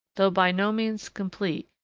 though by no means complete,